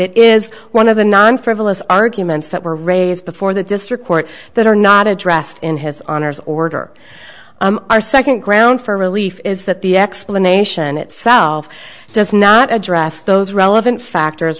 it is one of the non frivolous arguments that were raised before the district court that are not addressed in his honour's order our second ground for relief is that the explanation itself does not address those relevant factors